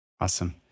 Awesome